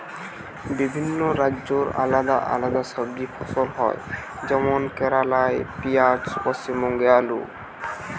বিভিন্ন রাজ্যে আলদা আলদা সবজি ফসল হয় যেমন কেরালাই পিঁয়াজ, পশ্চিমবঙ্গে আলু